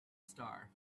star